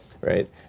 right